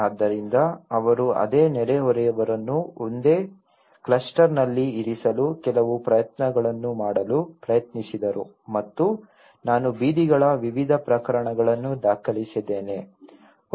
ಆದ್ದರಿಂದ ಅವರು ಅದೇ ನೆರೆಹೊರೆಯವರನ್ನು ಒಂದೇ ಕ್ಲಸ್ಟರ್ನಲ್ಲಿ ಇರಿಸಲು ಕೆಲವು ಪ್ರಯತ್ನಗಳನ್ನು ಮಾಡಲು ಪ್ರಯತ್ನಿಸಿದರು ಮತ್ತು ನಾನು ಬೀದಿಗಳ ವಿವಿಧ ಪ್ರಕಾರಗಳನ್ನು ದಾಖಲಿಸಿದ್ದೇನೆ